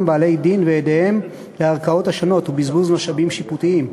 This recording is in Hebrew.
בעלי דין ועדיהם בערכאות השונות ולבזבוז משאבים שיפוטיים,